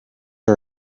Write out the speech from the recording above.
are